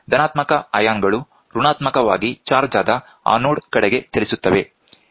ಧನಾತ್ಮಕ ಅಯಾನ್ ಗಳು ಋಣಾತ್ಮಕವಾಗಿ ಚಾರ್ಜ್ ಆದ ಆನೋಡ್ ಕಡೆಗೆ ಚಲಿಸುತ್ತವೆ